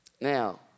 now